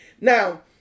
Now